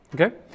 Okay